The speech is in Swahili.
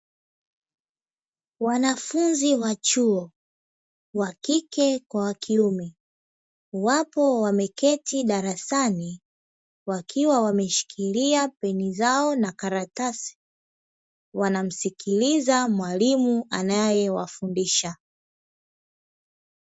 Wanafunzi wa chuo wa kike kwa wa kiume, wapo wameketi darasani, wakiwa wameshikiria peni zao na karatasi. Wanamsikiliza mwalimu anayewafundisha.